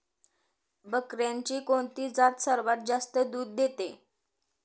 बकऱ्यांची कोणती जात सर्वात जास्त दूध देते?